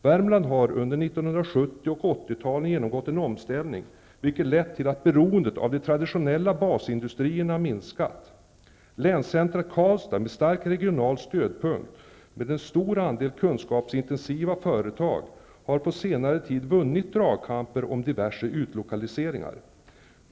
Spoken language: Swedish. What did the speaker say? Värmland har under 1970 och 1980 talen genomgått en omställning vilket lett till att beroendet av de traditionella basindustrierna minskat. Länscentrat Karlstad är en stark regional stödjepunkt med en stor andel kunskapsintensiva företag har på senare tid vunnit dragkamper om diverse utlokaliseringar.